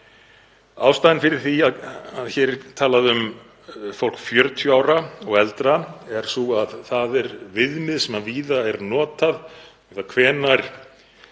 Ástæðan fyrir því að hér er talað um fólk 40 ára og eldra er sú að það er viðmið sem víða er notað um það hvenær